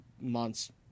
months